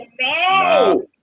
No